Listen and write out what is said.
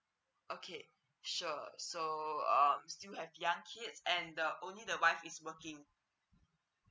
okay sure so um still have young kids and the only the wife is working